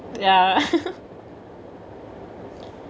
ya